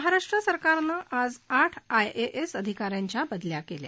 महाराष्ट्र सरकारनं आज आठ आयएएस अधिकाऱ्यांच्या बदल्या केल्या